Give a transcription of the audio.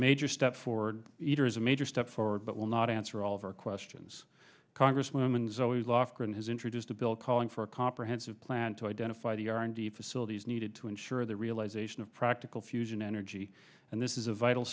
major step forward either is a major step forward but will not answer all of our questions congresswoman zoe lofgren has introduced a bill calling for a comprehensive plan to identify the r and d facilities needed to ensure the realisation of practical fusion energy and this is a vital